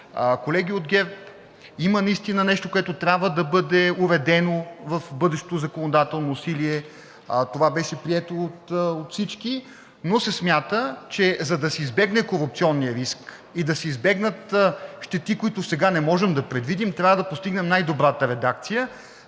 колеги от ГЕРБ, има наистина нещо, което трябва да бъде уредено в бъдещо законодателно усилие, което беше прието от всички, но се смята, че за да се избегне корупционният риск и да се избегнат щети, които сега не можем да предвидим, трябва да постигнем най-добрата редакция.